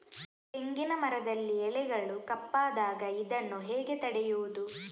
ತೆಂಗಿನ ಮರದಲ್ಲಿ ಎಲೆಗಳು ಕಪ್ಪಾದಾಗ ಇದನ್ನು ಹೇಗೆ ತಡೆಯುವುದು?